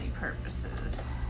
purposes